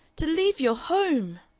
to leave your home!